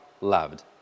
loved